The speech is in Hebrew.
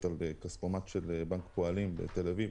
על כספומט של בנק הפועלים בתל אביב,